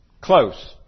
close